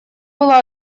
было